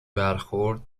برخورد